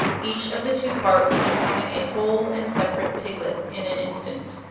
each of the two parts becoming a whole and separate piglet in an instant.